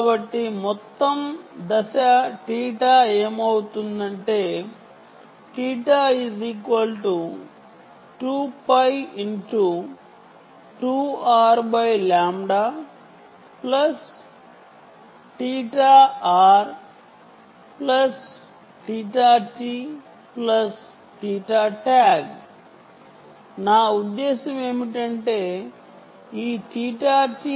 కాబట్టి మొత్తం ఫేజ్ θ ఏమవుతుందంటే θ 2 π2Rλ θT θR θTag నా ఉద్దేశ్యం ఏమిటంటే ఈ θT